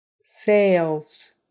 sales